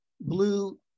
blue